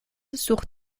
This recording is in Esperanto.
sur